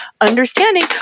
understanding